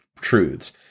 truths